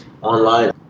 Online